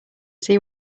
see